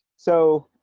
so